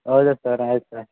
ಹೌದ ಸರ್ ಆಯಿತು